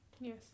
Yes